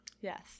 Yes